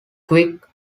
quick